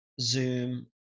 Zoom